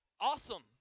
Awesome